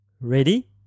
Ready